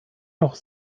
noch